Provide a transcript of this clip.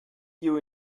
you